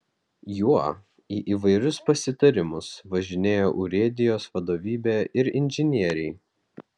juo į įvairius pasitarimus važinėja urėdijos vadovybė ir inžinieriai